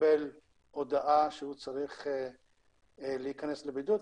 מקבל הודעה שהוא צריך להיכנס לבידוד.